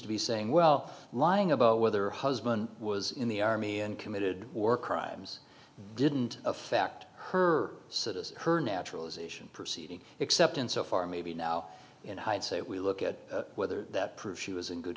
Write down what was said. to be saying well lying about whether husband was in the army and committed war crimes didn't affect her sort of her naturalization proceeding except insofar maybe now in hindsight we look at whether that proves she was in good